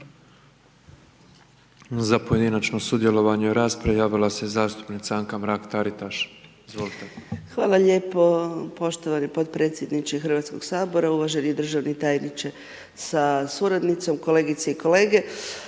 Za pojedinačno sudjelovanje u raspravi javila se zastupnica Anka Mrak-Taritaš, izvolite. **Mrak-Taritaš, Anka (GLAS)** Hvala lijepo poštovani podpredsjedniče Hrvatskog sabora, uvaženi državni tajniče sa suradnicom, kolegice i kolege